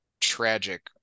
tragic